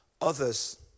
others